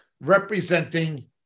representing